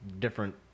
different